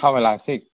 थाबायलांसै